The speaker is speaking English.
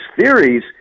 theories